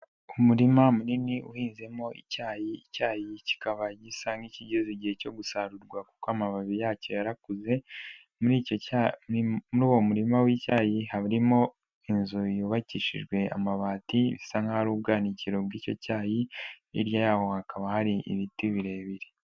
Umurima munini uhinzemo icyayi, icyayi kikaba gisa nk'ikigeze igihe cyo gusarurwa kuko amababi yacyo yarakuze, muri uwo murima w'icyayi harimo inzu yubakishijwe amabati bisa nk'aho ari ubikiraro bw'icyo cyayi, hirya yaho hakaba hari ibiti birebire.